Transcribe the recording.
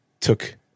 took